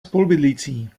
spolubydlící